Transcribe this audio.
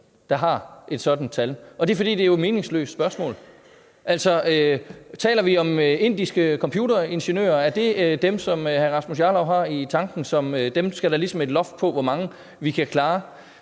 der har sådan et tal. Og det er, fordi det jo er et meningsløst spørgsmål. Altså, taler vi om indiske computeringeniører? Er det dem, hr. Rasmus Jarlov har i tankerne som nogle, der ligesom skal et loft på for, hvor mange vi kan klare?